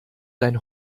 dein